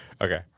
Okay